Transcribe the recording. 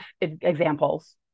examples